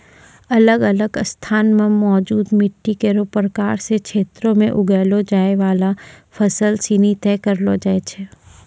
अलग अलग स्थान म मौजूद मिट्टी केरो प्रकार सें क्षेत्रो में उगैलो जाय वाला फसल सिनी तय करलो जाय छै